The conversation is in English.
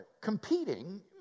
competing